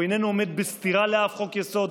הוא איננו עומד בסתירה לאף חוק-יסוד.